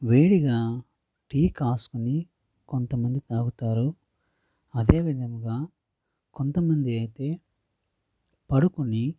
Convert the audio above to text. వేడిగా టీ కాచుకొని కొంత మంది తాగుతారు అదే విధంగా కొంత మంది అయితే పడుకొని